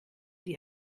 die